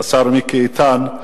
השר מיקי איתן,